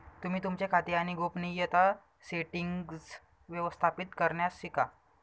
तुम्ही तुमचे खाते आणि गोपनीयता सेटीन्ग्स व्यवस्थापित करण्यास शिका